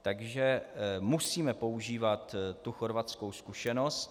Takže musíme používat tu chorvatskou zkušenost.